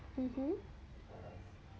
mmhmm